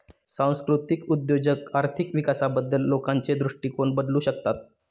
सांस्कृतिक उद्योजक आर्थिक विकासाबद्दल लोकांचे दृष्टिकोन बदलू शकतात